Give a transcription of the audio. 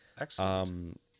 Excellent